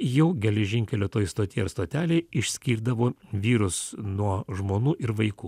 jau geležinkelio stoty ar stotelėj išskirdavo vyrus nuo žmonų ir vaikų